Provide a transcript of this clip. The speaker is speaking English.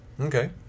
Okay